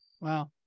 wow